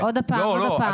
עוד הפעם.